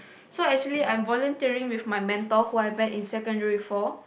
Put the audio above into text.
so actually I'm volunteering with my mentor whom I met in secondary four